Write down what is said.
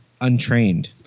untrained